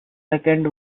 second